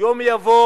יום יבוא